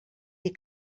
dir